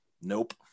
nope